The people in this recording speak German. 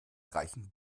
reichen